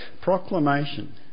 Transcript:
proclamation